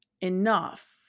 enough